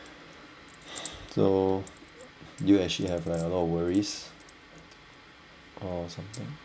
so do you actually have like a lot of worries or something